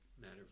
matter